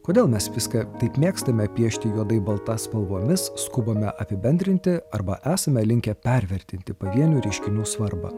kodėl mes viską taip mėgstame piešti juodai balta spalvomis skubame apibendrinti arba esame linkę pervertinti pavienių reiškinių svarbą